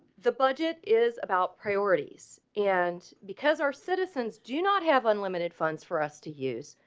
the budget is about priorities and because our citizens do not have unlimited funds for us to use.